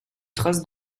trace